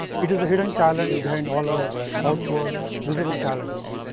it is a hidden talent behind all our outward visible talents,